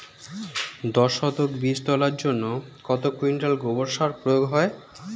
দশ শতক বীজ তলার জন্য কত কুইন্টাল গোবর সার প্রয়োগ হয়?